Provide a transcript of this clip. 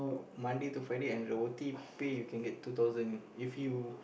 Monday to Friday and your o_t pay you can get two thousand if you